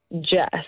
Jess